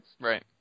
Right